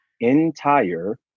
entire